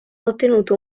ottenuto